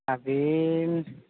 ᱟᱹᱵᱤᱱ